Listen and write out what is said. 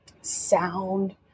sound